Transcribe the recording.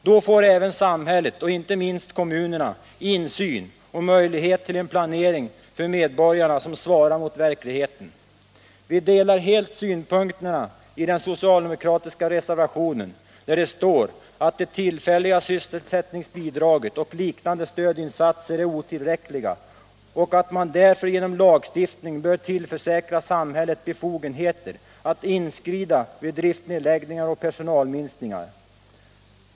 Då får även samhället och inte minst kommunerna insyn och möjlighet till en planering för medborgarna som svarar mot verkligheten. Vi delar synpunkterna i den socialdemokratiska reservationen, där det står att det tillfälliga sysselsättningsbidraget och liknande stödinsatser är otillräckliga och att man därför genom lagstiftning bör tillförsäkra samhället befogenheter att inskrida vid driftnedläggningar och personalminskningar.